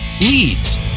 leads